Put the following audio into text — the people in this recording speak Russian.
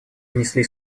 внесли